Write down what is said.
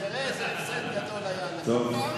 תראה איזה הפסד גדול היה לך,